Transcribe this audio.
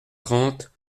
trente